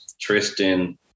Tristan